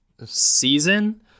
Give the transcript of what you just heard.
season